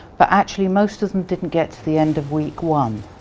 but actually most of them didn't get to the end of week one.